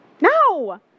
No